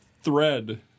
thread